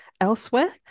elsewhere